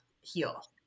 heal